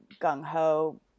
gung-ho